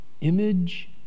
Image